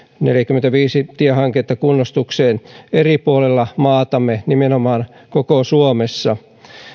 neljäkymmentäviisi tiehanketta kunnostukseen eri puolilla maatamme nimenomaan koko suomessa